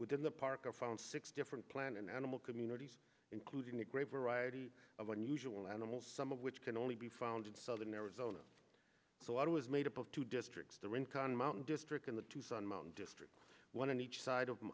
within the park i phone six different plant and animal communities including a great variety of unusual animals some of which can only be found in southern arizona so it was made up of two districts there in khan mountain district in the tucson mountain district one in each side of